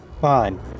Fine